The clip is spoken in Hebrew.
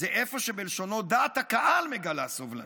זה איפה שבלשונו דעת הקהל מגלה סובלנות,